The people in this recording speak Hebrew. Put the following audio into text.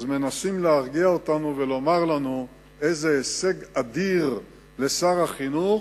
אז מנסים להרגיע אותנו ולומר לנו איזה הישג אדיר לשר החינוך